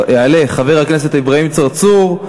יעלה חבר הכנסת אברהים צרצור,